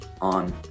on